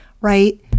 Right